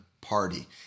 party